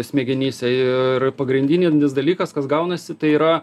smegenyse ir pagrindinis dalykas kas gaunasi tai yra